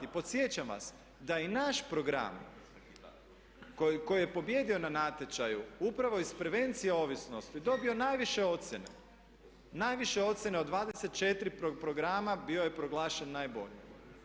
I podsjećam vas da i naš program koji je pobijedio na natječaju upravo iz prevencije ovisnosti dobio najviše ocjene, najviše ocjene, od 24 programa bio je proglašen najboljim.